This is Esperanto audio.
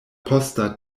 posta